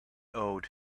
owed